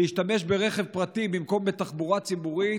להשתמש ברכב פרטי במקום בתחבורה ציבורית,